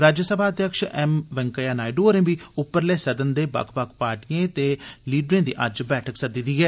राज्यसभा अध्यक्ष एम वैंकइया नायडू होरें बी उप्परले सदन दे बक्ख बक्ख पार्टिएं दे लीडरें दी अज्ज बैठक सद्दी दी ऐ